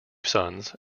sons